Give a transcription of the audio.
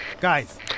Guys